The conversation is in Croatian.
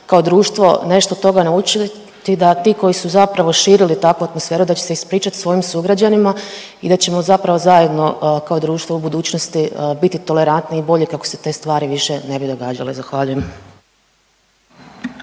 kao društvo nešto od toga naučiti da ti koji su zapravo širili takvu atmosferu da će se ispričati svojim sugrađanima i da ćemo zapravo zajedno kao društvo u budućnosti biti tolerantni i bolji kako se te stvari više ne događale. Zahvaljujem.